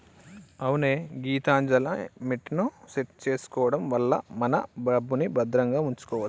అవునే గీతాంజలిమిట్ ని సెట్ చేసుకోవడం వల్ల మన డబ్బుని భద్రంగా ఉంచుకోవచ్చు